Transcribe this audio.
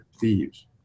thieves